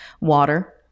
water